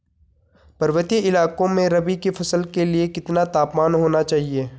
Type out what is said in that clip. पर्वतीय इलाकों में रबी की फसल के लिए कितना तापमान होना चाहिए?